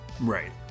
Right